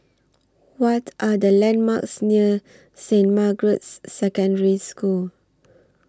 What Are The landmarks near Saint Margaret's Secondary School